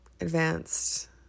advanced